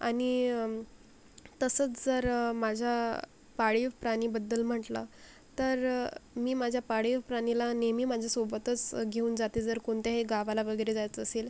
आणि तसंच जर माझ्या पाळीव प्राणीबद्दल म्हटलं तर मी माझ्या पाळीव प्राणीला नेहमी माझ्यासोबतच घेऊन जाते जर कोणत्याही गावाला वगैरे जायचं असेल